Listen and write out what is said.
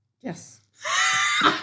Yes